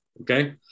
okay